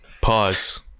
Pause